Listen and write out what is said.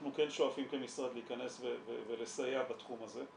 אנחנו כן שואפים כמשרד להיכנס ולסייע בתחום הזה.